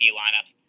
lineups